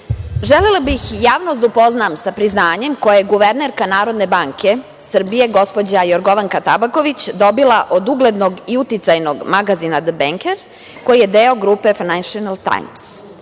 želela bih javnost da upoznam sa priznanjem koje je guvernerka Narodne banke Srbije, gospođa Jorgovanka Tabaković, dobila od uglednom i uticajnog magazina „The Banker“ koji je deo grupe „Financial Times“.